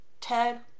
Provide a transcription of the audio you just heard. Ted